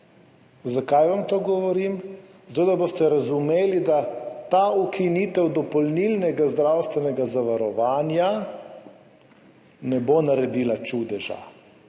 Zakaj vam to govorim? Zato da boste razumeli, da ta ukinitev dopolnilnega zdravstvenega zavarovanja ne bo naredila čudeža.